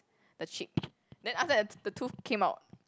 the cheek then after that the the tooth came out